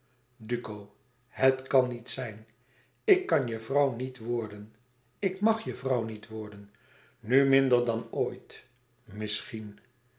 duco het kan niet zijn ik kan je vrouw niet worden ik mag je vrouw niet worden nu minder dan ooit misschien